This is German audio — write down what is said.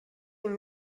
ihn